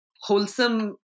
wholesome